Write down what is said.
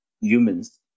humans